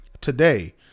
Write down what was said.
Today